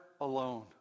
alone